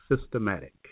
systematic